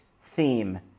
theme